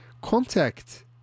Contact